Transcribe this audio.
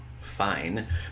fine